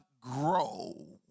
grow